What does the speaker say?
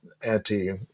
anti